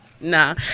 Nah